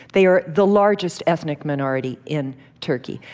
they are the largest ethnic minority in turkey.